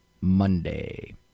Monday